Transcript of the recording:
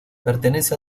pertenece